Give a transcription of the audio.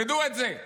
תדעו את זה.